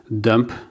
dump